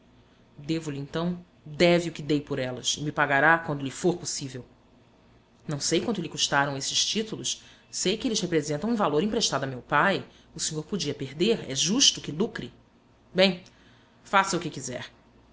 devo-lhe então deve o que dei por elas e me pagará quando lhe for possível não sei quanto lhe custaram esses títulos sei que eles representam um valor emprestado a meu pai o senhor podia perder é justo que lucre bem faça o que quiser